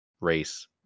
race